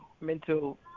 mental